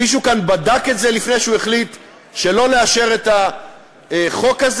מישהו כאן בדק את זה לפני שהוא החליט לא לאשר את החוק הזה?